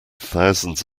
thousands